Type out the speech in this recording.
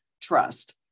trust